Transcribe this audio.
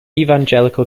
evangelical